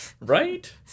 Right